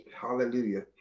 hallelujah